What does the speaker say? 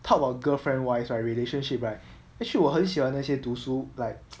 talk about girlfriend wise like relationship right actually 我很喜欢那些读书 like